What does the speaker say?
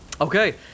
Okay